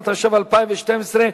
התשע"ב 2012,